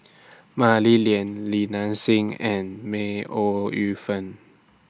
Mah Li Lian Li Nanxing and May Ooi Yu Fen